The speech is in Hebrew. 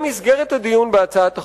במסגרת הדיון בהצעת החוק,